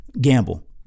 gamble